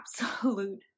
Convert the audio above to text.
absolute